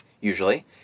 usually